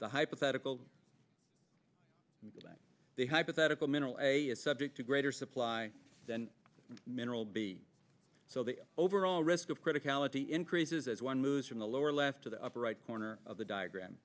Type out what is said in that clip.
the hypothetical like the hypothetical mineral a is subject to greater supply than mineral be so the overall risk of critic ality increases as one moves from the lower left to the upper right corner of the diagram